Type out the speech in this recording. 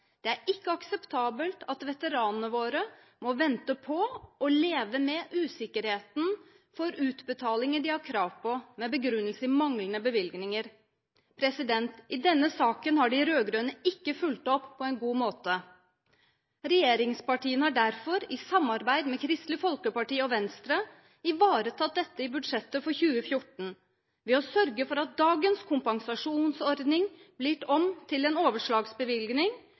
Det er ikke akseptabelt at veteranene våre må vente på og leve med usikkerheten for utbetalinger de har krav på, med begrunnelse i manglende bevilgninger. I denne saken har de rød-grønne ikke fulgt opp på en god måte. Regjeringspartiene har derfor – i samarbeid med Kristelig Folkeparti og Venstre – ivaretatt dette i budsjettet for 2014 ved å sørge for at dagens kompensasjonsordning blir gjort om til en overslagsbevilgning,